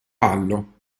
ballo